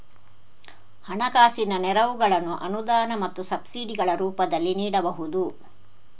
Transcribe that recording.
ಹಣಕಾಸಿನ ನೆರವುಗಳನ್ನು ಅನುದಾನ ಮತ್ತು ಸಬ್ಸಿಡಿಗಳ ರೂಪದಲ್ಲಿ ನೀಡಬಹುದು